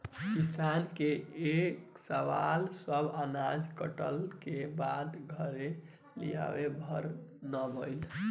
किसान के ए साल सब अनाज कटला के बाद घरे लियावे भर ना भईल